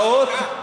סעיף ההשתקה?